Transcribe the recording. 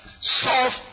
solve